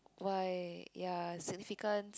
why ya significance